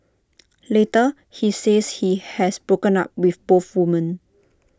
later he says he has broken up with both women